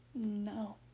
No